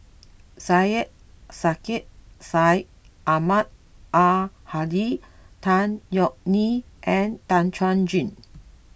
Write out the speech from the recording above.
Syed Sheikh Syed Ahmad Al Hadi Tan Yeok Nee and Tan Chuan Jin